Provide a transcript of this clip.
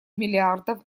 миллиардов